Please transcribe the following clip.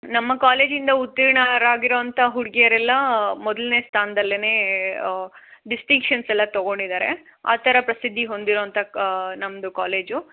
ನಮ್ಮ ಕಾಲೇಜಿಂದ ಉತ್ತೀರ್ಣರಾಗಿರೋಂಥ ಹುಡುಗಿಯರೆಲ್ಲ ಮೊದಲ್ನೇ ಸ್ಥಾನ್ದಲ್ಲೆ ಡಿಸ್ಟಿಂಕ್ಷನ್ಸ್ ಎಲ್ಲ ತೊಗೊಂಡಿದಾರೆ ಆ ಥರ ಪ್ರಸಿದ್ಧಿ ಹೊಂದಿರೋಂಥ ಕಾ ನಮ್ಮದು ಕಾಲೇಜು